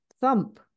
thump